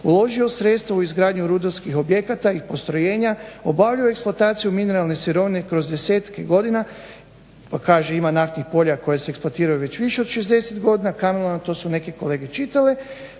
uložio sredstva u izgradnju rudarskih objekata i postrojenja obavljaju eksploataciju mineralne sirovine kroz desetke godina pa kaže ima naftnih polja koje se eksploatiraju već više od 60 godina kamenoloma, to su neki kolege čitali